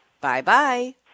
bye-bye